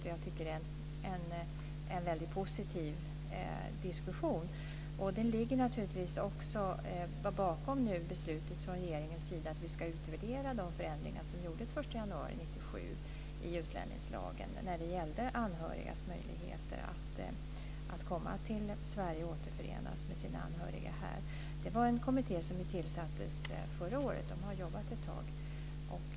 Jag tycker att det är en väldigt positiv diskussion som naturligtvis ligger bakom regeringens beslut om en utvärdering av de förändringar som genomfördes den 1 januari 1997 i utlänningslagen när det gällde anhörigas möjligheter att komma till Sverige och återförenas med sina anhöriga här. Det tillsattes en kommitté förra året som har jobbat med detta ett tag.